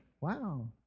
Wow